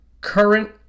current